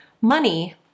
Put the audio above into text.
money